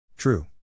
true